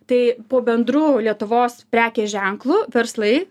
tai po bendru lietuvos prekės ženklu verslai